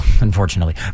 unfortunately